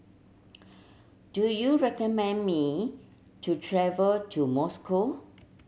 do you recommend me to travel to Moscow